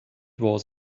was